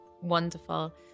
wonderful